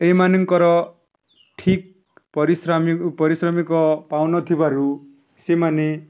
ଏଇମାନଙ୍କର ଠିକ୍ ପରିଶ୍ରମିକ ପାଉନଥିବାରୁ ସେମାନେ